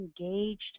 engaged